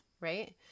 right